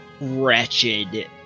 wretched